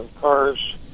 cars